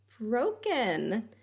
broken